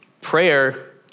Prayer